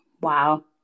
Wow